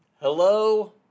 Hello